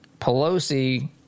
Pelosi